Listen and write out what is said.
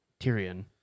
Tyrion